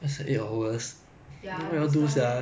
不是 gossip lah 是很像 like